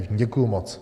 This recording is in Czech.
Děkuji moc.